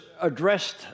addressed